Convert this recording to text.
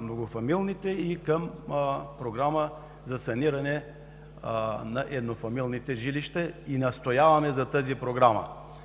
многофамилните и към Програма за саниране на еднофамилните жилища. Настояваме за тази Програма,